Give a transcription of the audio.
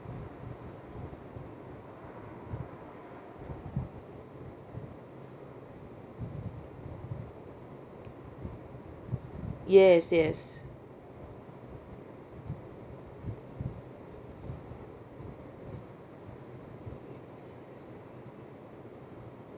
yes yes